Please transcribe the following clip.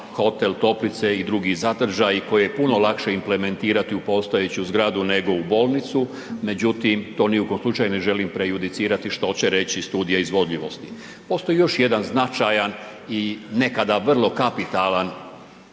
hotel, toplice i drugi sadržaji koje je puno lakše implementirati u postojeću zgradu, nego u bolnicu, međutim, to ni u kom slučaju ne želim prejudicirati što će reći studija izvodljivosti. Postoji još jedan značajan i nekada vrlo kapitalan